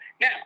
Now